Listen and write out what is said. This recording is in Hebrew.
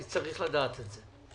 אני צריך לדעת את זה.